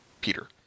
Peter